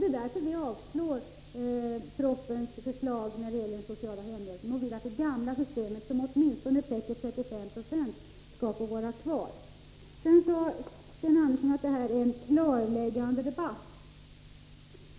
Det är därför vi avstyrker propositionens förslag avseende den sociala hemhjälpen och vill att det gamla systemet — som åtminstone täcker 35 90 av kostnaderna — skall få vara kvar. Sten Andersson sade att detta är en klarläggande debatt.